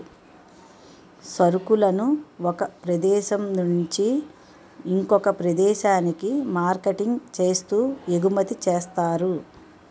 సరుకులను ఒక ప్రదేశం నుంచి ఇంకొక ప్రదేశానికి మార్కెటింగ్ చేస్తూ ఎగుమతి చేస్తారు